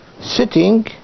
sitting